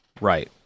Right